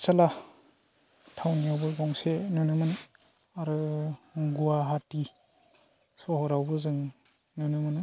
पातसाला थावनियावबो गंसे नुनो मोनो आरो गुवाहाटि सहरावबो जों नुनो मोनो